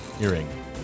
Earring